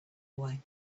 away